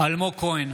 אלמוג כהן,